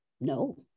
no